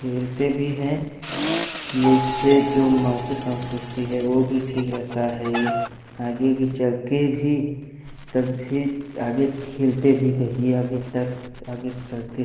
खेलते भी हैं ये इससे जो मानसिक संतुष्टि है वो भी ठीक रहता है आगे भी चल के भी तब भी आगे खेलते भी रहिए आगे तक आगे चलते